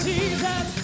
Jesus